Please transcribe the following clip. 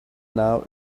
now